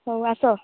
ହଉ ଆସ